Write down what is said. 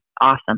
awesome